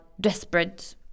desperate